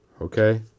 Okay